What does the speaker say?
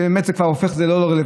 ובאמת זה כבר הופך את זה לא רלוונטי,